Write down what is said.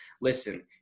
Listen